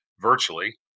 virtually